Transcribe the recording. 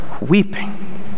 weeping